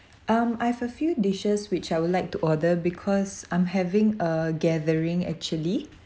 um I've a few dishes which I would like to order because I'm having a gathering actually